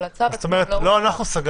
אבל הצו עצמו לא הוצא.